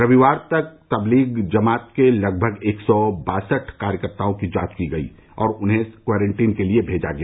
रविवार तक तबलीग जमात के लगभग एक सौ बासठ कार्यकर्ताओं की जांच की गई और उन्हें क्वारेटीन के लिए भेजा गया